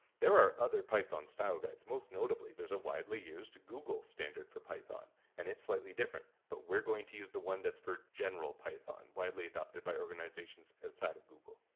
there are other python style guides. most notably, there's a widely-used google standard for python and it's slightly different but we're going to use the one that's for general python, widely adopted by organizations outside of google.